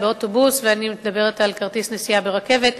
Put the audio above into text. באוטובוס ואני מדברת על כרטיס נסיעה ברכבת,